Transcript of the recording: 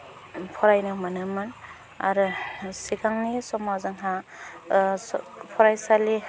फरायनो मोनोमोन आरो सिगांनि समाव जोंहा फरायसालि